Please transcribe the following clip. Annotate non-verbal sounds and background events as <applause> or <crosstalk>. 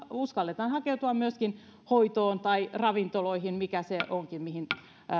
<unintelligible> uskalletaan hakeutua myöskin hoitoon tai ravintoloihin mikä se onkin mihin